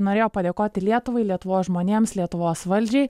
norėjo padėkoti lietuvai lietuvos žmonėms lietuvos valdžiai